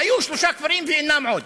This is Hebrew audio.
היו שלושה כפרים ואינם עוד.